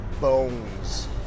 bones